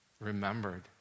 Remembered